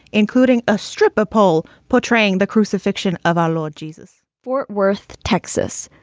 including a stripper pole portraying the crucifixion of our lord jesus fort worth, texas,